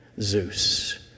Zeus